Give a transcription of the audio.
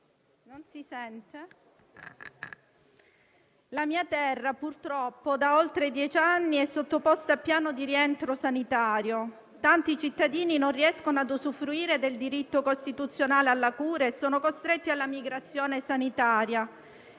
è sottoposta, purtroppo da oltre dieci anni, al piano di rientro sanitario. Tanti cittadini non riescono ad usufruire del diritto costituzionale alla cura e sono costretti alla migrazione sanitaria,